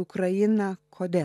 ukrainą kodėl